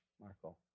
Marco